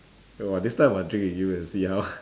so ah this time must drink with you and see how